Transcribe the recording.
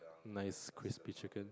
nice crispy chicken